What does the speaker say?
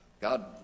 God